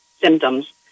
symptoms